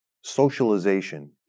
socialization